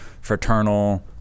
fraternal